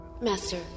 Master